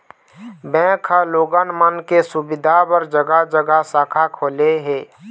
bank ह लोगन मन के सुबिधा बर जघा जघा शाखा खोले हे